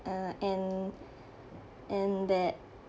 uh and and that